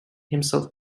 himself